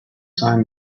time